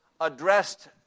addressed